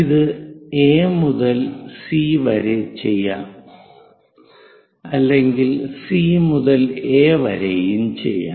ഇത് എ മുതൽ സി വരെ ചെയ്യാം അല്ലെങ്കിൽ സി മുതൽ എ വരെയും ചെയ്യാം